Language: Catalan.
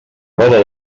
roda